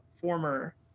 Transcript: former